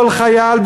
כל חייל,